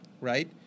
right